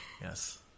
Yes